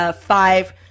five